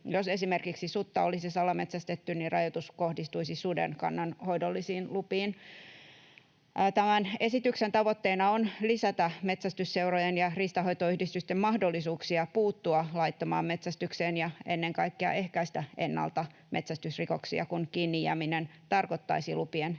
jos esimerkiksi sutta olisi salametsästetty, rajoitus kohdistuisi suden kannanhoidollisiin lupiin. Tämän esityksen tavoitteena on lisätä metsästysseurojen ja riistanhoitoyhdistysten mahdollisuuksia puuttua laittomaan metsästykseen ja ennen kaikkea ehkäistä ennalta metsästysrikoksia, kun kiinni jääminen tarkoittaisi lupien epäämistä